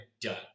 done